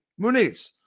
Muniz